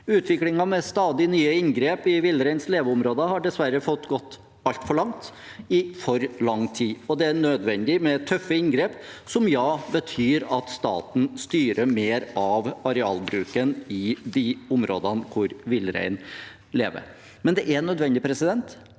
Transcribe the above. Utviklingen med stadig nye inngrep i villreinens leveområder har dessverre fått gå altfor langt i for lang tid, og det er nødvendig med tøffe inngrep, som betyr at staten styrer mer av arealbruken i de områdene der villreinen lever. Det er nødvendig for at